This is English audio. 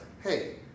hey